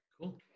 Cool